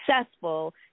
successful